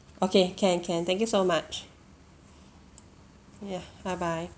okay can can thank you so much ya bye bye